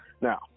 Now